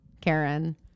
Karen